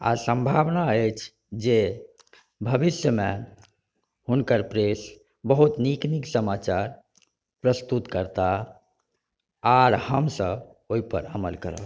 आ सम्भावना अछि जे भविष्यमे हुनकर प्रेस बहुत नीक नीक समाचार प्रस्तुत करताह आर हमसभ ओहिपर अमल करबनि